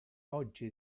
oggi